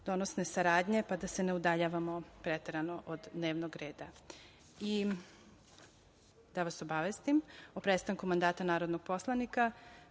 bezbedonosne saradnje, pa da se ne udaljavamo preterano od dnevnog reda. Da vas obavestim o prestanku mandata narodnog poslanika. Primili